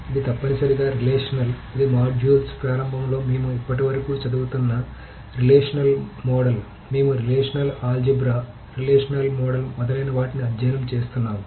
ఇది తప్పనిసరిగా రిలేషనల్ ఇది మాడ్యూల్స్ ప్రారంభంలో మేము ఇప్పటివరకు చదువుతున్న రిలేషనల్ మోడల్ మేము రిలేషనల్ ఆల్జీబ్రా రిలేషనల్ మోడల్ మొదలైన వాటిని అధ్యయనం చేస్తున్నాము